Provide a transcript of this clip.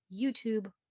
YouTube